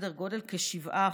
סדר גודל כ-7%.